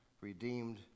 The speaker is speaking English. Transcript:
redeemed